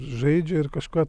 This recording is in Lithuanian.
žaidžia ir kažką